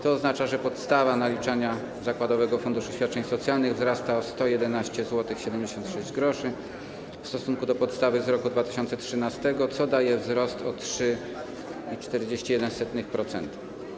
To oznacza, że podstawa naliczania zakładowego funduszu świadczeń socjalnych wzrasta o 111,76 zł w stosunku do podstawy z roku 2013, co daje wzrost o 3,41%.